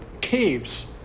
caves